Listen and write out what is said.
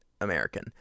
American